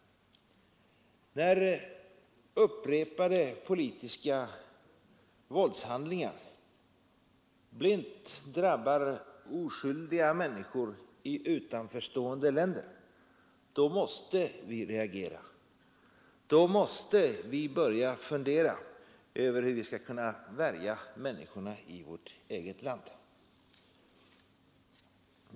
När upprepade politiska våldshandlingar blint drabbar oskyldiga människor i utanför stående länder, då måste vi reagera — då måste vi börja fundera över hur vi skall värja människorna i vårt eget land mot sådant.